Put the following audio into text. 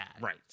Right